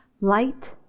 light